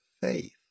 faith